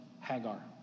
Hagar